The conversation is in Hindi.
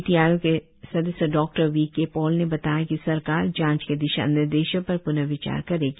नीति आयोग के सदस्य डॉक्टर वीके पॉल ने बताया कि सरकार जांच के दिशा निर्देशों पर प्नर्विचार करेगी